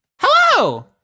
Hello